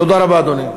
תודה רבה, אדוני.